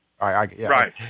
Right